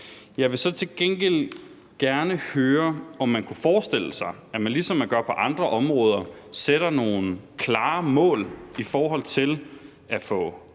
Jeg vil så til gengæld gerne høre, om man kunne forestille sig, at man, ligesom man gør på andre områder, sætter nogle klare mål i forhold til at få